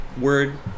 word